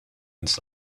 ins